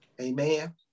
amen